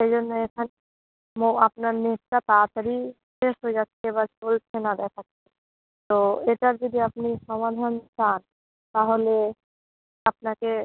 সেই জন্য এইখানে মো আপনার নেটটা তাড়াতাড়ি শেষ হয়ে যাচ্ছে বা চলছে না দেখাচ্ছে তো এটার যদি আপনি সমাধান চান তাহলে আপনাকে